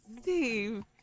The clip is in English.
Steve